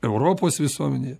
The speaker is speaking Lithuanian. europos visuomenėje